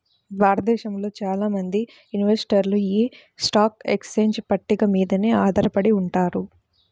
భారతదేశంలో చాలా మంది ఇన్వెస్టర్లు యీ స్టాక్ ఎక్స్చేంజ్ పట్టిక మీదనే ఆధారపడి ఉంటారు